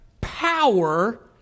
power